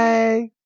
Bye